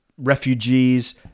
Refugees